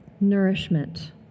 nourishment